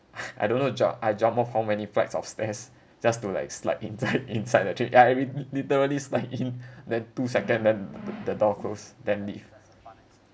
I don't know jump I jump off how many flight of stairs just to like slide inside inside the train ya I li~ literally slide in then two second then the the door close then leave